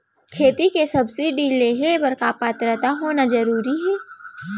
खेती के सब्सिडी लेहे बर का पात्रता होना जरूरी हे?